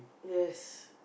yes